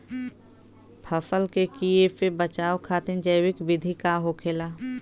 फसल के कियेसे बचाव खातिन जैविक विधि का होखेला?